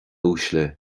uaisle